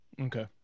okay